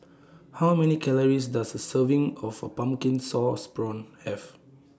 How Many Calories Does A Serving of A Pumpkin Sauce Prawns Have